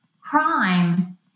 crime